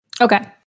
Okay